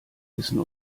wissen